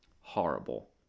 horrible